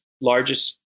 largest